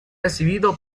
recibido